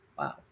Wow